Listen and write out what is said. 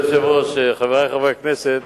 אדוני היושב-ראש, חברי חברי הכנסת,